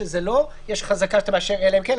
שאין חזקה שאתה מאשר אלא אם כן,